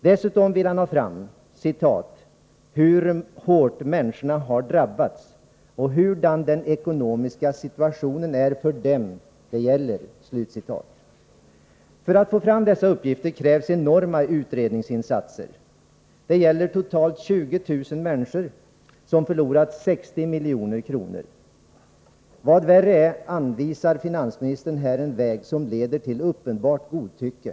Dessutom ville han ha fram ”hur hårt människorna har drabbats och hurudan den ekonomiska situationen är för dem det gäller”. För att få fram dessa uppgifter krävs enorma utredningsinsatser. Det gäller totalt 20 000 människor som har förlorat 60 milj.kr. Vad värre är: Finansministern anvisar här en väg som leder till uppenbart godtycke.